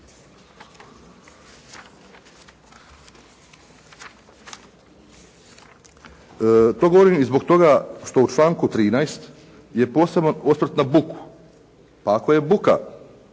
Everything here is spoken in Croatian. To govorim i zbog toga što u članku 13. je posebno osvrt na buku. Pa ako je buka